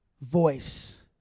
voice